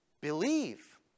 Believe